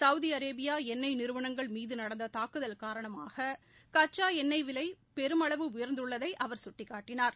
Saudi Arabia எண்ணெய் நிறுவனங்கள் மீது நடந்த தாக்குதல் காரணமாக கச்சா எண்ணெய் விலை பெருமளவு உயர்ந்துள்ளதை அவர் சுட்டிக்காட்டிக்காட்டினார்